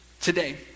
Today